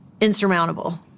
insurmountable